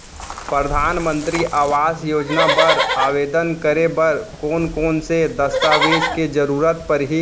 परधानमंतरी आवास योजना बर आवेदन करे बर कोन कोन से दस्तावेज के जरूरत परही?